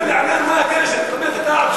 דבר לעניין, באמת, מה הקשר?